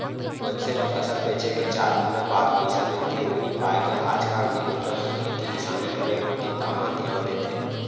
मनसे ल फसल बेचे के चार महिना बाद पइसा मिलथे उही पायके आज काल के लइका मन खेती किसानी करे कोती कहॉं धियान देथे